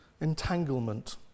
Entanglement